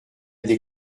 des